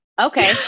okay